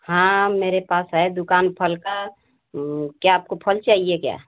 हाँ मेरे पास है दुकान फल का क्या आपको फल चाहिए क्या